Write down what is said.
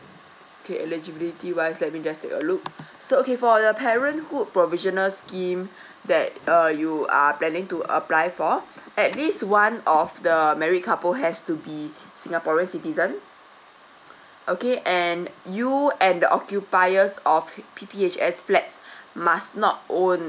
okay eligibility wise let me just take a look so okay for the parenthood provisional scheme that uh you are planning to apply for at least one of the married couple has to be singaporean citizen okay and you and the occupiers of P P H S flats must not own